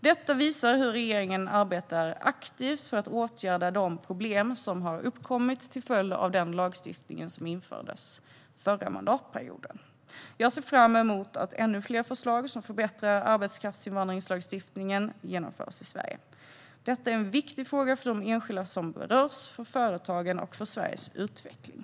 Detta visar hur regeringen arbetar aktivt för att åtgärda de problem som har uppkommit till följd av den lagstiftning som infördes under förra mandatperioden. Jag ser fram emot att ännu fler förslag som förbättrar lagstiftningen om arbetskraftsinvandring genomförs i Sverige. Detta är en viktig fråga för de enskilda som berörs, för företagen och för Sveriges utveckling.